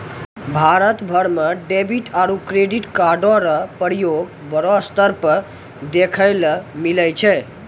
भारत भर म डेबिट आरू क्रेडिट कार्डो र प्रयोग बड़ो स्तर पर देखय ल मिलै छै